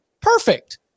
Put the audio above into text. Perfect